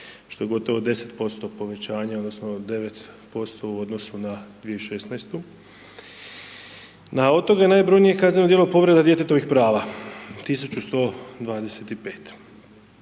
što je gotovo 10% povećanja odnosno 9% u odnosu na 2016.-tu. Od toga je najbrojnije kazneno djelo povreda djetetovih prava 1125.